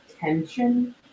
tension